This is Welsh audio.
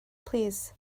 plîs